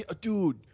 dude